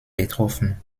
betroffen